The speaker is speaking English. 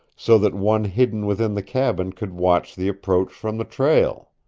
so that one hidden within the cabin could watch the approach from the trail!